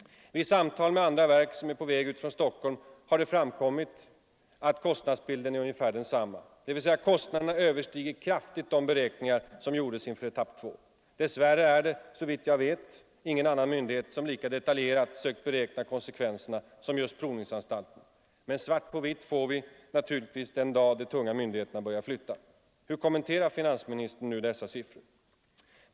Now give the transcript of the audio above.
Vid samtal med andra verk som är på väg ut från Stockholm har det framkommit att kostnadsbilden är ungefär densamma, dvs. kostnaderna överstiger kraftigt de beräkningar som gjordes inför etapp 2. Dess värre är det — såvitt jag vet — ingen annan myndighet som lika detaljerat sökt beräkna konsekvenserna som just provningsanstalten. Men svart på vitt får vi naturligtvis den dag de tunga myndigheterna börjar flytta. Hur kommenterar finansministern nu dessa nya siffror?